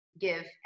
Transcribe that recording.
give